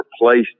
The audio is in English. replaced